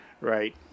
right